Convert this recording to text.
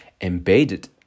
embedded